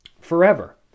forever